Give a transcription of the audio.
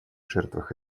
жертвах